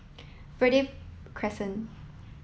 Verde Crescent